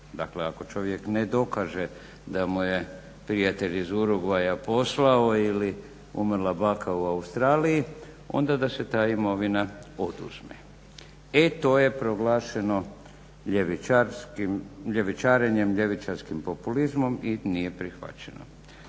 dakle ako čovjek ne dokaže da mu je prijatelj iz Urugvaja poslao ili umrla baka u Australiji onda da se ta imovina oduzme. E to je proglašeno ljevičarenjem, ljevičarskim populizmom i nije prihvaćeno.